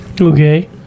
okay